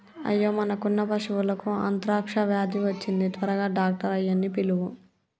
అయ్యో మనకున్న పశువులకు అంత్రాక్ష వ్యాధి వచ్చింది త్వరగా డాక్టర్ ఆయ్యన్నీ పిలువు